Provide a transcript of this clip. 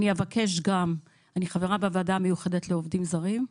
אני חברה בוועדה המיוחדת לעובדים זרים.